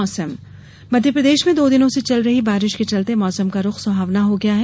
मौसम मध्यप्रदेश में दो दिनों से चल रही बारिश के चलते मौसम का रूख सुहावना होगया है